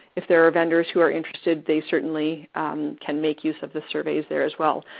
if there are vendors who are interested, they certainly can make use of the surveys there as well.